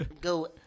go